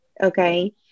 Okay